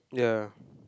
ya